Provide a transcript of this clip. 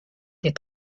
die